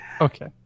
Okay